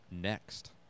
next